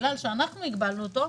בגלל שאנחנו הגבלנו אותו,